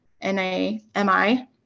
N-A-M-I